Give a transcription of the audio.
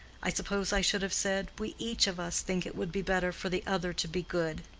i suppose i should have said, we each of us think it would be better for the other to be good.